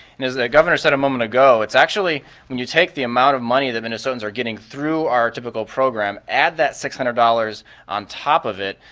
and as the governor said a moment ago, it's actually when you take the amount of money that minnesotans are getting through our typical program, add that six hundred dollars on top of it,